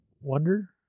wonder